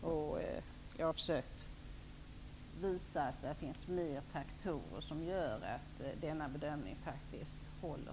Jag har försökt att visa att det finns fler faktorer som gör att denna bedömning faktiskt håller.